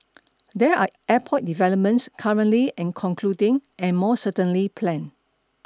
there are airport developments currently in concluding and more certainly planned